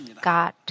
God